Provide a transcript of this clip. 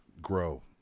grow